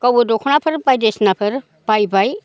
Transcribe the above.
गावबो दख'नाफोर बायदिसिनाफोर बायबाय